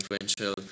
influential